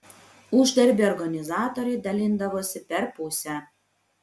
uždarbį organizatoriai dalindavosi per pusę